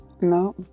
No